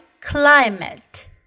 climate